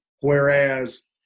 Whereas